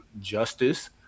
Justice